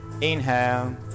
Inhale